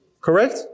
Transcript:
correct